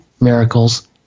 miracles